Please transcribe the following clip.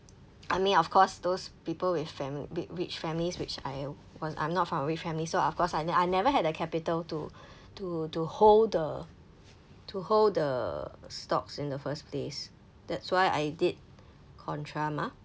I mean of course those people with fam~ with rich families which I w~ I'm not from a rich family so of course I I never had the capital to to to hold the to hold the stocks in the first place that's why I did contra mah